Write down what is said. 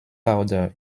powder